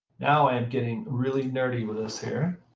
now i'm getting really nerdy with this here.